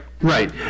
right